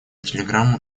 телеграмму